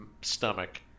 stomach